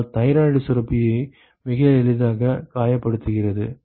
அதனால் தைராய்டு சுரப்பியை மிக எளிதாக காயப்படுத்துகிறது